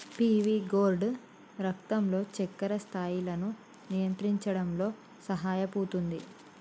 PV gourd రక్తంలో చక్కెర స్థాయిలను నియంత్రించడంలో సహాయపుతుంది